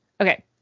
Okay